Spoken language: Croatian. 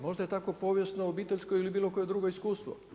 Možda je tako povijesno, obiteljsko ili bilo koje drugo iskustvo.